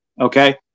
okay